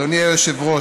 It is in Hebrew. אדוני היושב-ראש,